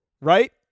right